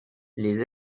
les